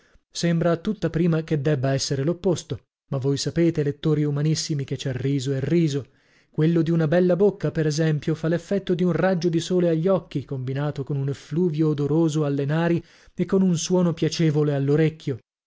sembra a tutta prima che debba essere l'opposto ma voi sapete lettori umanissimi che c'è riso e riso quello di una bella bocca per esempio fa l'effetto di un raggio di sole agli occhi combinato con un effluvio odoroso alle nari e con un suono piacevole all'orecchio